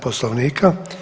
Poslovnika.